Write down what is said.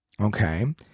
Okay